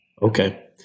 Okay